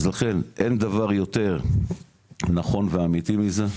אז לכן אין דבר יותר נכון ואמיתי מזה,